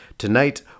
Tonight